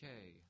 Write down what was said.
okay